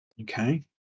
Okay